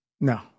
No